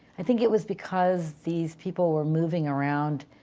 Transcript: i think it was because these people were moving around,